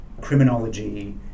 criminology